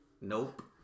Nope